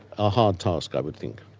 a hard task, i would think.